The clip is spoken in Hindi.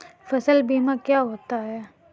फसल बीमा क्या होता है?